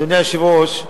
אדוני היושב-ראש,